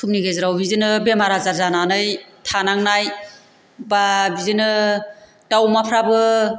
समनि गेजेराव बिदिनो बेमार आजार जानानै थानांनाय बा बिदिनो दाउ अमाफ्राबो